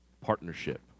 partnership